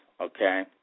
okay